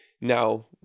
now